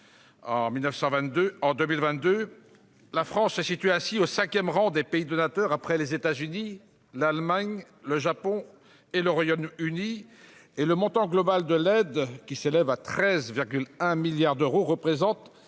En 2022, la France se situe au cinquième rang des pays donateurs après les États-Unis, l'Allemagne, le Japon et le Royaume-Uni. Le montant global de l'aide, qui s'élève à 13,1 milliards d'euros, représente